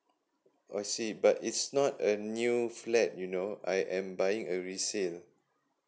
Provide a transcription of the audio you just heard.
I see but it's not a new flat you know I am buying a resale